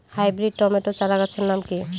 Hybrid tomato চারাগাছের নাম কি?